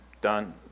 done